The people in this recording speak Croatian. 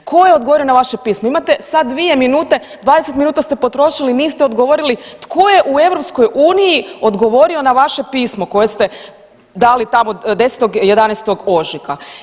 Tko je odgovorio na vaše pismo, imate sad dvije minute, 20 minuta ste potrošili niste odgovorili tko je u EU odgovorio na vaše pismo koje ste dali tamo 10. i 11. ožujka.